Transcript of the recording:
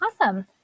awesome